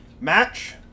Match